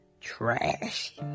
Trash